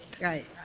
Right